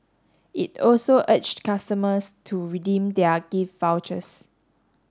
it also urged customers to redeem their gift vouchers